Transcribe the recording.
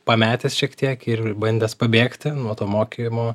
pametęs šiek tiek ir bandęs pabėgti nuo to mokymo